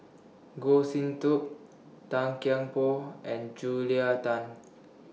Goh Sin Tub Tan Kian Por and Julia Tan